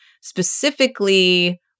specifically